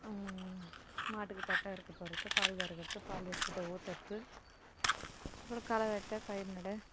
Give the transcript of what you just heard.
மாட்டுக்கு தட்ட அறுத்து போடுகிறது பால் கறக்கிறது பால் எடுத்து போய் ஊற்றுறது அப்பறம் களை வெட்ட பயிர் நட